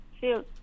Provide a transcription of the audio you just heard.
feel